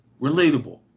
relatable